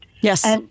Yes